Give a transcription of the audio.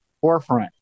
forefront